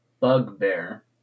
bugbear